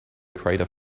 crater